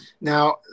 Now